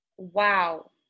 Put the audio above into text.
Wow